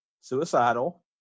suicidal